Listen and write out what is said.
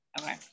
Okay